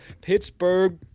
Pittsburgh